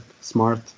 smart